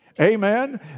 Amen